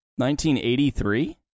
1983